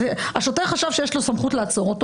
השוטר חשב שיש לו סמכות לעצור אותו,